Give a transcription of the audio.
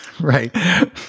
Right